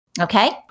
Okay